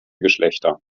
geschlechter